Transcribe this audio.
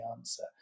answer